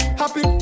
happy